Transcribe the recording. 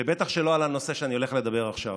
ובטח שלא על הנושא שאני הולך לדבר עליו עכשיו.